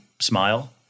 Smile